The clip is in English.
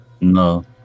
No